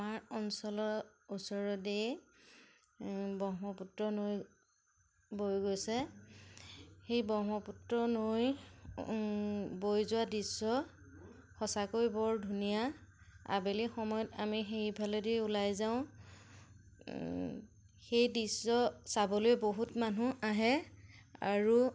আমাৰ অঞ্চলৰ ওচৰতেই ব্ৰহ্মপুত্ৰ নৈ বৈ গৈছে সেই ব্ৰহ্মপুত্ৰ নৈ বৈ যোৱা দৃশ্য সঁচাকৈ বৰ ধুনীয়া আবেলি সময়ত আমি সেইফালেদি ওলাই যাওঁ সেই দৃশ্য চাবলৈ বহুত মানুহ আহে আৰু